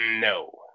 No